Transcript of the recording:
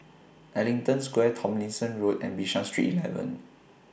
Ellington Square Tomlinson Road and Bishan Street eleven